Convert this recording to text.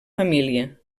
família